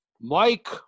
Mike